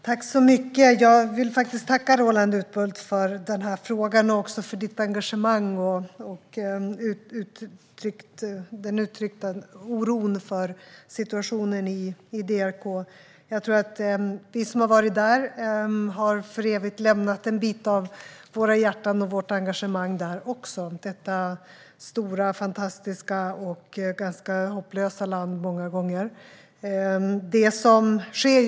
Herr talman! Jag vill tacka Roland Utbult för frågan och för hans engagemang och den uttryckta oron för situationen i Demokratiska republiken Kongo. Vi som har varit där har för evigt lämnat en bit av våra hjärtan och vårt engagemang där - i detta stora, fantastiska och många gånger ganska hopplösa land.